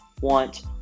want